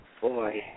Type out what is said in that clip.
Boy